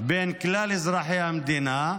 בין כלל אזרחי המדינה.